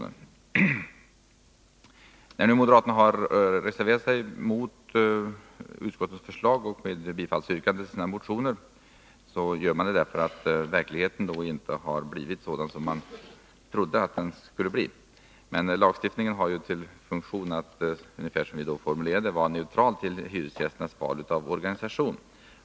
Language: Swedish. När nu moderaterna har reserverat sig mot utskottsmajoritetens förslag och yrkar bifall till sina motioner, gör de det därför att verkligheten inte har blivit sådan som man trodde att den skulle bli. Men lagstiftningen har till funktion att, som vi då formulerade det, vara neutral till hyresgästernas val av organisation.